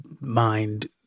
mind